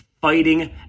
fighting